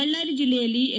ಬಳ್ಳಾರಿ ಜಿಲ್ಲೆಯಲ್ಲಿ ಎಸ್